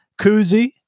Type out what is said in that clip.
koozie